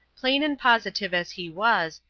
plain and positive as he was,